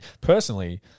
personally